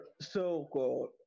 so-called